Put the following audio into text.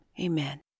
Amen